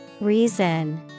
reason